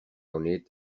unit